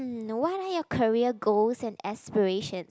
no what are your career goals and aspiration